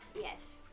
Yes